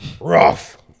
Rough